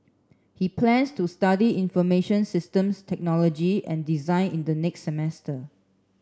he plans to study information systems technology and design in the next semester